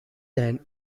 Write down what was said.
than